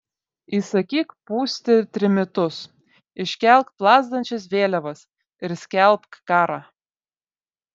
įsakyk pūsti trimitus iškelk plazdančias vėliavas ir skelbk karą